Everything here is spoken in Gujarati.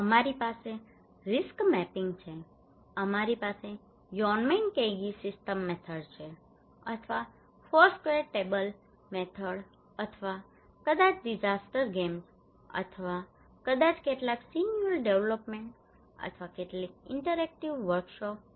અમારી પાસે રિસ્ક મેપિંગ છે અમારી પાસે યોન્મેનકેઇગી સિસ્ટમ મેથડ છે અથવા ફોરસ્ક્વેર ટેબલ મેથડ અથવા કદાચ ડિઝાસ્ટર ગેમ્સ અથવા કદાચ કેટલાક સીન્યુઅલ ડેવલપમેન્ટ અથવા કેટલીક ઇન્ટરેક્ટિવ વર્કશોપ્સ